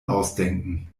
ausdenken